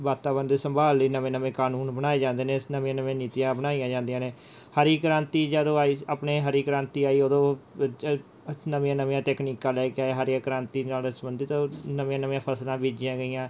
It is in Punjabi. ਵਾਤਾਵਰਨ ਦੀ ਸੰਭਾਲ ਲਈ ਨਵੇਂ ਨਵੇਂ ਕਾਨੂੰਨ ਬਣਾਏ ਜਾਂਦੇ ਨੇ ਨਵੀਆਂ ਨਵੀਆਂ ਨੀਤੀਆਂ ਬਣਾਈਆਂ ਜਾਂਦੀਆਂ ਨੇ ਹਰੀ ਕ੍ਰਾਂਤੀ ਜਦੋਂ ਆਈ ਆਪਣੇ ਹਰੀ ਕ੍ਰਾਂਤੀ ਆਈ ਉਦੋਂ ਨਵੀਆਂ ਨਵੀਆਂ ਤਕਨੀਕਾਂ ਲੈ ਕੇ ਆਈ ਹਰੀ ਕ੍ਰਾਂਤੀ ਨਾਲ ਸੰਬੰਧਿਤ ਨਵੀਆਂ ਨਵੀਆਂ ਫ਼ਸਲਾਂ ਬੀਜੀਆਂ ਗਈਆਂ